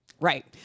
Right